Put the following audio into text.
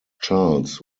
charles